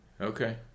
okay